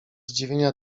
zdziwienia